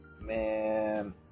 Man